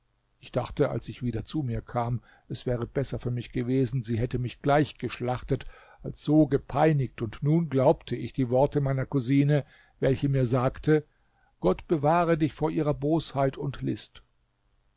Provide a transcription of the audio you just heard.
ich dachte als ich wieder zu mir kam es wäre besser für mich gewesen sie hätte mich gleich geschlachtet als so gepeinigt und nun glaubte ich die worte meiner cousine welche mir sagte gott bewahre dich vor ihrer bosheit und list